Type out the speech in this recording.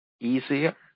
easier